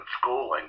schooling